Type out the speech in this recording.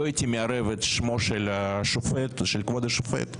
לא הייתי מעורב את שמו של כבוד השופט,